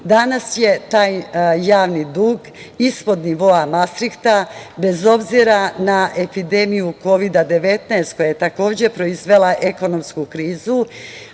79%.Danas je taj javni dug ispod nivoa Mastrihta, bez obzira na epidemiju kovida-19, koja je takođe proizvela ekonomsku krizu,